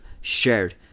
shared